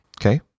okay